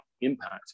impact